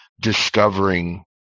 discovering